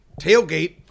tailgate